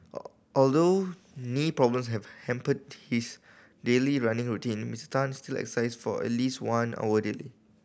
all although knee problems have hampered his daily running routine Mister Tan still exercise for at least one hour daily